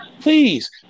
Please